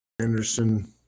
Anderson